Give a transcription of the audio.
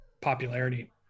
popularity